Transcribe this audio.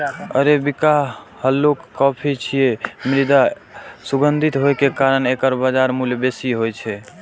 arabica हल्लुक coffee छियै, मुदा सुगंधित होइ के कारण एकर बाजार मूल्य बेसी होइ छै